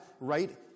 right